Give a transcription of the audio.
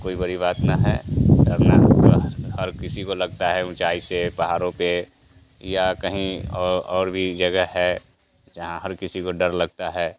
कोई बड़ी बात न है डरना तो हर किसी को लगता है ऊँचाई से पहाड़ों पर या कहीं औ और भी जगह है जहाँ हर किसी को डर लगता है